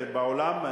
בעולם,